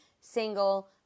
single